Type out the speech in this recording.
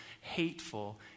hateful